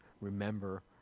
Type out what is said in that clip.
remember